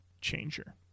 changer